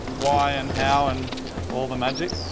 why, and how and all the magic.